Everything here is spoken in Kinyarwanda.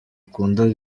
akunda